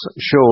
show